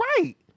Right